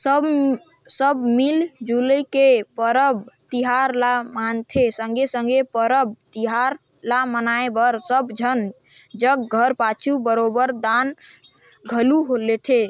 सब मिल जुइल के परब तिहार ल मनाथें संघे संघे परब तिहार ल मनाए बर सब झन जग घर पाछू बरोबेर दान घलो लेथें